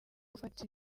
gufata